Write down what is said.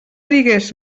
digues